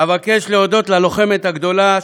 אבקש להודות ללוחמת הגדולה,